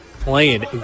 playing